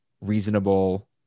reasonable